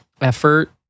effort